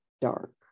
dark